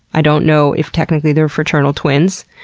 i don't know if technically they're fraternal twins.